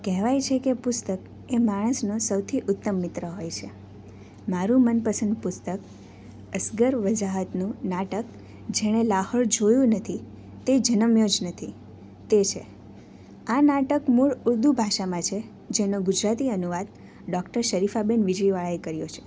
કહેવાય છે કે પુસ્તક એ માણસનો સૌથી ઉત્તમ મિત્રો હોય છે મારું મનપસંદ પુસ્તક અસ્ગર વજાહતનું નાટક જેણે લાહોર જોયું નથી તે જનમ્યો જ નથી તે છે આ નાટક મૂળ ઉર્દુ ભાષામાં છે જેનો ગુજરાતી અનુવાદ ડોક્ટર શરીફાબેન વીજળીવાળા એ કર્યો છે